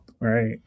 right